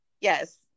Yes